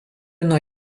nuo